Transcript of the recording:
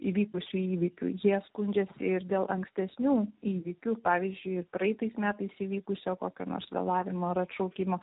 įvykusių įvykių jie skundžiasi ir dėl ankstesnių įvykių pavyzdžiui praeitais metais įvykusio kokio nors vėlavimo ar atšaukimo